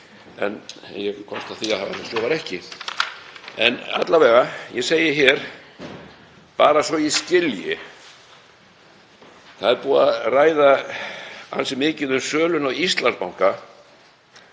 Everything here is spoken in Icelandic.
en ég komst að því að svo var ekki. En alla vega, ég segi hér bara svo að ég skilji: Það er búið að ræða ansi mikið um söluna á Íslandsbanka